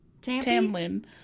Tamlin